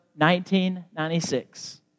1996